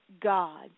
God